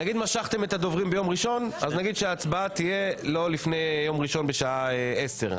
אם משכתם את הדוברים ביום ראשון ההצבעה לא תהיה לפני השעה 10:00